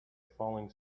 falling